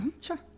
Sure